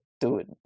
dude